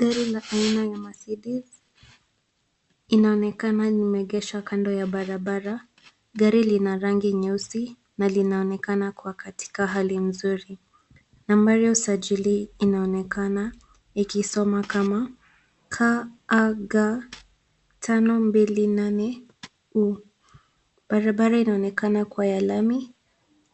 Gari la aina ya Mercedes inaonekana imeegeshwa kando ya barabara. Gari lina rangi nyeusi na linaonekana kuwa katika hali nzuri. Nambari ya usajili inaonekana ikisoma kama KAG 528U. Barabara inaonekana kuwa ya lami